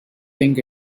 think